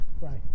right